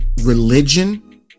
religion